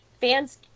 fans